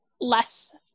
less